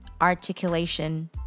articulation